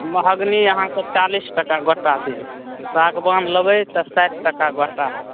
महगनी आहाँके चालीस टका गोटा देब सागवान लेबै तऽ साठि टका गोटा होएत